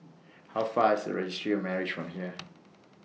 How Far IS Registry of Marriages from here